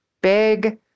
big